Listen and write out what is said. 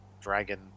Dragon